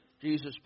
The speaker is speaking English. Jesus